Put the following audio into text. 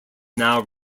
now